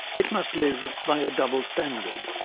it must live by a double standard'.